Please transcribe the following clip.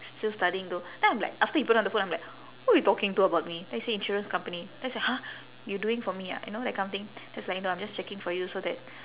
still studying though then I'm like after he put down the phone I'm like who you talking to about me then he say insurance company then I say !huh! you doing for me ah you know that kind of thing then he's like no I'm just checking for you so that